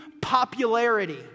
popularity